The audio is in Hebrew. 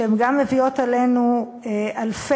שהן גם מביאות עלינו אלפי,